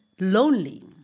lonely